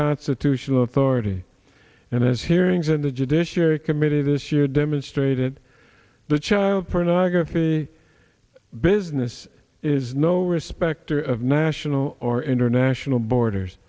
constitutional authority and as hearings in the judiciary committee this year demonstrated the child pornography business is no respecter of national or international borders